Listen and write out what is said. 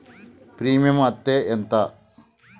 Premium అత్తే ఎంత?